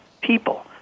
people